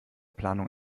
planung